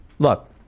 Look